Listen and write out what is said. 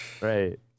right